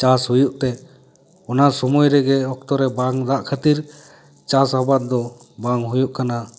ᱪᱟᱥ ᱦᱩᱭᱩᱜ ᱛᱮ ᱚᱱᱟ ᱥᱳᱢᱳᱭ ᱨᱮᱜᱮ ᱚᱠᱛᱚ ᱨᱮ ᱵᱟᱝ ᱫᱟᱜ ᱠᱷᱟᱹᱛᱤᱨ ᱪᱟᱥ ᱟᱵᱟᱫ ᱫᱚ ᱵᱟᱝ ᱦᱩᱭᱩᱜ ᱠᱟᱱᱟ